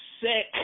sick